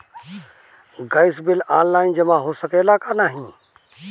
Gas bill online जमा हो सकेला का नाहीं?